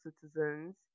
citizens